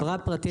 חברה פרטית.